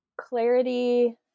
clarity